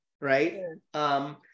right